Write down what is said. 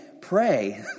pray